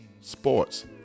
sports